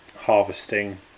harvesting